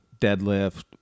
deadlift